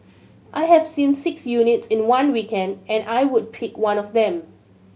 I have seen six units in one weekend and I would pick one of them